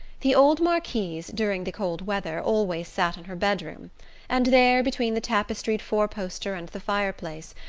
the old marquise, during the cold weather, always sat in her bedroom and there, between the tapestried four-poster and the fireplace,